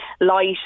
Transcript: light